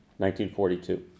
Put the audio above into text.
1942